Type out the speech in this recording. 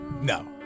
No